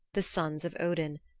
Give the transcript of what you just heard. the sons of odin,